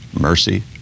mercy